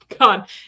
God